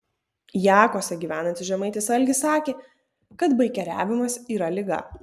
jakuose gyvenantis žemaitis algis sakė kad baikeriavimas yra liga